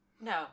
No